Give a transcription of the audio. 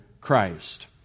Christ